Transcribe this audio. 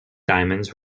diamonds